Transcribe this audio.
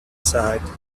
side